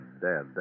dead